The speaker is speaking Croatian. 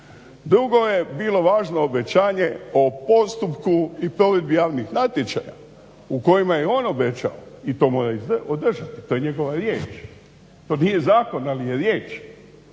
Drugo je bilo važno obećanje o postupku i provedbi javnih natječaja u kojima je on obećao i to mora održati, to je njegova riječ. To nije zakon ali je riječ.